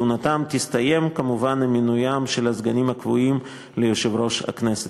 כהונתם תסתיים כמובן עם מינוים של הסגנים הקבועים ליושב-ראש הכנסת.